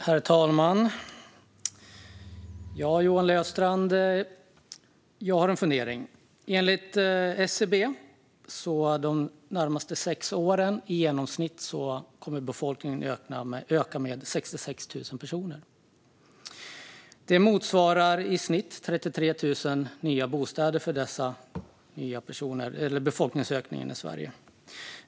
Herr talman! Jag har en fundering, Johan Löfstrand. Enligt SCB kommer befolkningen de närmaste sex åren att öka med i genomsnitt 66 000 personer per år. Det motsvarar i snitt 33 000 nya bostäder för att hantera befolkningsökningen i Sverige.